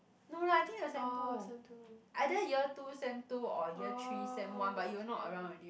no lah I think it was sem two either year two sem two or year three sem one but you were not around already